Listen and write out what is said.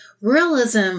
realism